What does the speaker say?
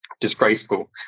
disgraceful